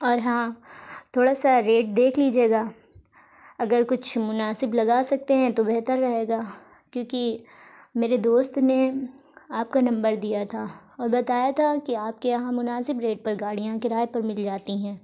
اور ہاں تھوڑا سا ریٹ دیکھ لیجیے گا اگر کچھ مناسب لگا سکتے ہیں تو بہتر رہے گا کیونکہ میرے دوست نے آپ کا نمبر دیا تھا اور بتایا تھا کہ آپ کے یہاں مناسب ریٹ پر گاڑیاں کرائے پر مل جاتی ہیں